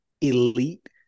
elite